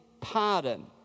pardon